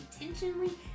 intentionally